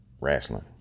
wrestling